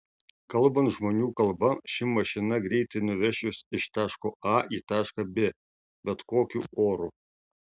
kalbant žmonių kalba ši mašina greitai nuveš jus iš taško a į tašką b bet kokiu oru